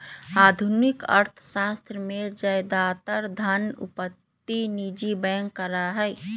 आधुनिक अर्थशास्त्र में ज्यादातर धन उत्पत्ति निजी बैंक करा हई